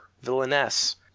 villainess